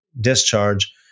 discharge